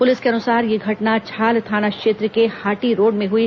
police के अनुसार यह घटना छाल थाना क्षेत्र के हाटी रोड में हई